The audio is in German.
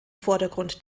vordergrund